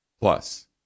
Plus